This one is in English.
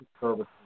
services